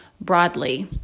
broadly